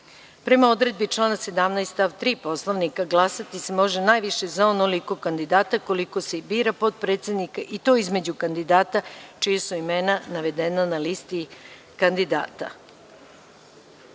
odredbi člana 17. stav 3. Poslovnika, glasati se može najviše za onoliko kandidata koliko se i bira potpredsednika i to između kandidata čija su imena navedena na listi kandidata. Pre